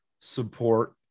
support